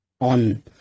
on